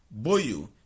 Boyu